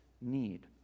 need